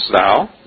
thou